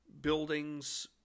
buildings